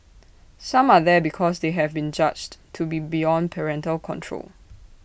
some are there because they have been judged to be beyond parental control